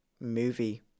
movie